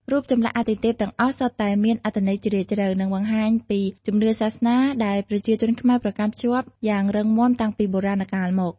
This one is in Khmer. រូបចម្លាក់អាទិទេពទាំងអស់សុទ្ធតែមានអត្ថន័យជ្រាលជ្រៅ និងបង្ហាញពីជំនឿសាសនាដែលប្រជាជនខ្មែរប្រកាន់ខ្ជាប់យ៉ាងរឹងមាំតាំងពីបុរាណកាលមក។